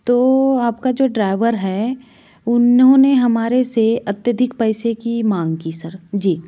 तो आपका जो ड्राइवर है उन्होंने हमारे से अत्यधिक पैसे की मांग की सर जी